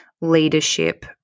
leadership